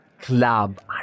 club